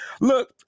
Look